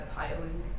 piling